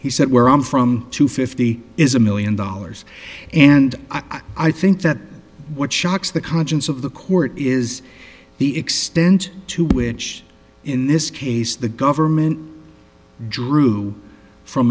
he said where i'm from to fifty is a million dollars and i think that what shocks the conscience of the court is the extent to which in this case the government drew from